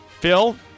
Phil